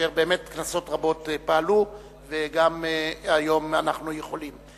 כאשר באמת כנסות רבות פעלו וגם היום אנחנו יכולים.